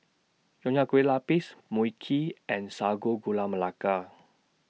Nonya Kueh Lapis Mui Kee and Sago Gula Melaka